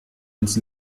ins